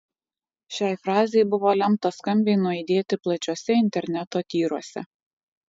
šiai frazei buvo lemta skambiai nuaidėti plačiuose interneto tyruose